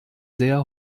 sehr